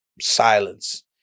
Silence